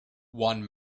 one